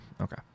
okay